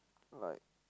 like